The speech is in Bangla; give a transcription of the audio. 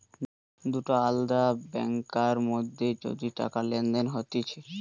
দুটা আলদা ব্যাংকার মধ্যে যদি টাকা লেনদেন হতিছে